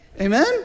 Amen